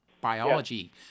biology